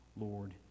Lord